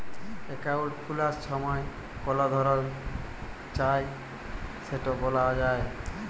account খুলার ছময় call ধরল চায় সেট ব্যলা যায়